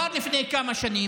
למשל, כבר לפני כמה שנים